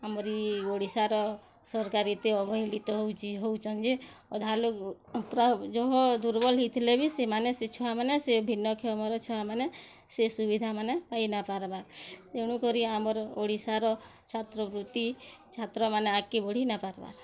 ଆମର୍ ଇ ଓଡ଼ିଶାର ସରକାର ଏତେ ଅବହେଲିତ ହଉଛେ ହେଉଛନ୍ ଯେ ଅଧା ଲୋକ ପ୍ରାୟ ଜହଁ ଦୁର୍ବଲ୍ ହେଇଥିଲେ ବି ସେମାନେ ସେ ଛୁଆମାନେ ସେ ଭିନ୍ନକ୍ଷମର ଛୁଆମାନେ ସେ ସୁବିଧା ମାନେ ପାଇ ନାଇ ପାରବାର୍ ତେଣୁ କରି ଆମର୍ ଓଡ଼ିଶାର ଛାତ୍ରବୃତ୍ତି ଛାତ୍ରମାନେ ଆଗକେ ବଢ଼ି ନାଇଁ ପାରବାର୍